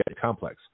complex